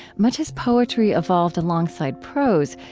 much as poetry evolved alongside prose,